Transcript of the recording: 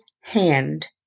hand